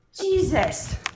Jesus